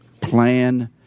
plan